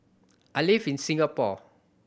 I live in Singapore